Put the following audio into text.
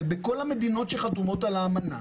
אלא בכל המדינות שחתומות על האמנה.